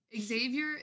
Xavier